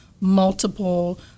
multiple